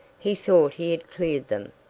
he thought he had cleared them,